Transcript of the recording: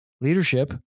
Leadership